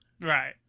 Right